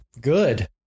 good